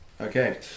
Okay